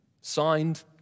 signed